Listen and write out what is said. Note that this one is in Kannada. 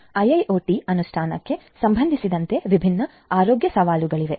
ಐಐಒಟಿ ಅನುಷ್ಠಾನಕ್ಕೆ ಸಂಬಂಧಿಸಿದಂತೆ ವಿಭಿನ್ನ ಆರೋಗ್ಯ ಸವಾಲುಗಳಿವೆ